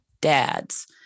dads